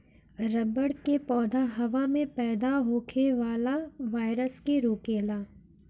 रबड़ के पौधा हवा में पैदा होखे वाला वायरस के रोकेला